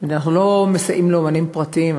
אנחנו לא מסייעים לאמנים פרטיים,